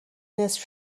نصف